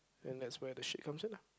and that's where the shit come in lah